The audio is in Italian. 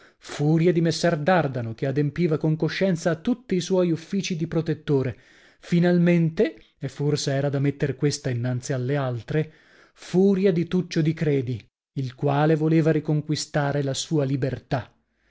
furia di messer dardano che adempiva con coscienza a tutti i suoi uffici di protettore finalmente e forse era da metter questa innanzi alle altre furia di tuccio di credi il quale voleva riconquistare la sua libertà